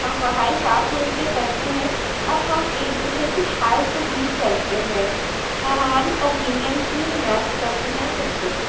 ہم پڑھائی ساتھ مل کے کرتے ہیں اور ہم ایک دوسرے کی ہیلپ بھی کرتے ہیں اور ہماری اوپینینس بھی میچ کرتی ہیں کچھ کچھ